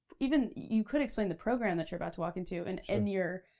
even, you could explain the program that you're about to walk into, and and your